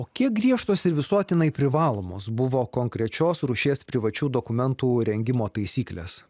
o kiek griežtos ir visuotinai privalomos buvo konkrečios rūšies privačių dokumentų rengimo taisyklės